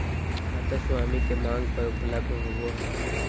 खाता स्वामी के मांग पर उपलब्ध होबो हइ